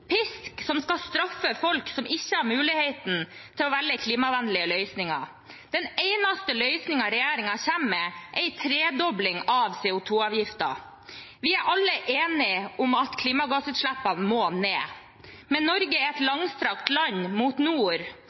pisk som skal straffe folk som ikke har mulighet til å velge klimavennlige løsninger. Den eneste løsningen regjeringen kommer med, er en tredobling av CO 2 -avgiften. Vi er alle enige om at klimagassutslippene må ned. Men Norge er et langstrakt land mot